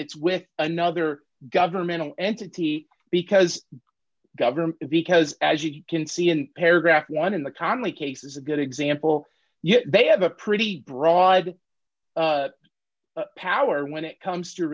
it's with another governmental entity because government because as you can see in paragraph one in the connelly case is a good example yet they have a pretty broad power when it comes to